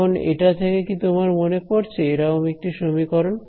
এখন এটা থেকে কি তোমার মনে পড়ছে এরম একটি সমীকরণ